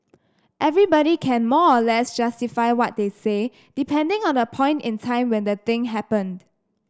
everybody can more or less justify what they say depending on the point in time when the thing happened